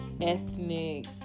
ethnic